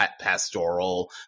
pastoral